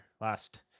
last